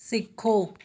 ਸਿੱਖੋ